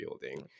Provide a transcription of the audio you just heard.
building